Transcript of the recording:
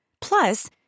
Plus